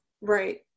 Right